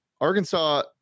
Arkansas